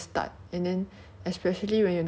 if it's if I were you